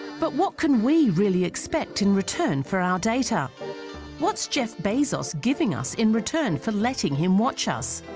but what can we really expect in return for our data what's jeff bezos giving us in return for letting him watch us